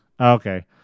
Okay